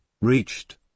reached